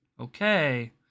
okay